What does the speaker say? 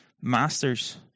masters